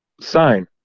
sign